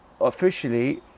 officially